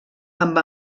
amb